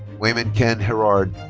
weiman ken herard.